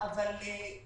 זה נכון, אבל אנחנו